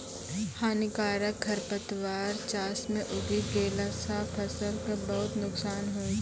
हानिकारक खरपतवार चास मॅ उगी गेला सा फसल कॅ बहुत नुकसान होय छै